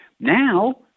Now